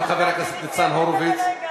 גם חבר הכנסת ניצן הורוביץ.